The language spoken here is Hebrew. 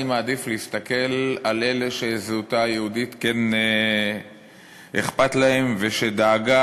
אני מעדיף להסתכל על אלה שכן אכפת להם מזהותה היהודית של מדינת ישראל,